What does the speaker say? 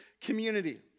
community